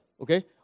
okay